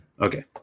Okay